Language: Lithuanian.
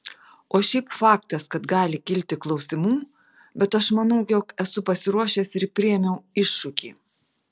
o šiaip faktas kad gali kilti klausimų bet aš manau jog esu pasiruošęs ir priėmiau iššūkį